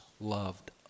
loved